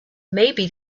maybe